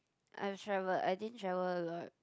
I'm travelled I didn't travel a lot